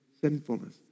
sinfulness